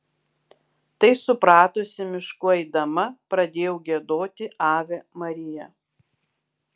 tai supratusi mišku eidama pradėjau giedoti ave maria